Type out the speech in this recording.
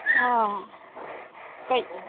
ꯑꯥ ꯀꯔꯤ